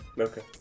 Okay